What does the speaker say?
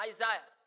Isaiah